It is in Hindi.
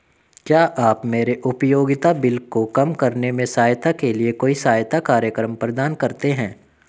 क्या आप मेरे उपयोगिता बिल को कम करने में सहायता के लिए कोई सहायता कार्यक्रम प्रदान करते हैं?